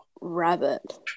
Rabbit